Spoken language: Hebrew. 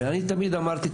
ואני תמיד אמרתי,